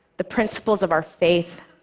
the principles of our faith,